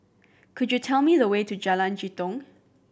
could you tell me the way to Jalan Jitong